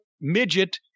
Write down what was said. midget